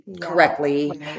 correctly